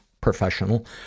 professional